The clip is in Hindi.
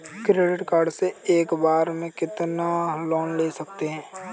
क्रेडिट कार्ड से एक बार में कितना लोन ले सकते हैं?